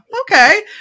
okay